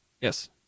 Yes